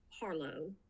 Harlow